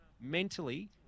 mentally